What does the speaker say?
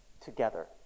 together